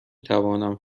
توانم